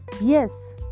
yes